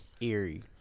Eerie